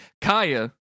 Kaya